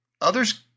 others